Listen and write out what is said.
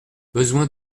besoin